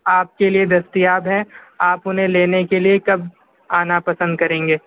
آپ کے لئے دستیاب ہے آپ انہیں لینے کے لئے کب آنا پسند کریں گے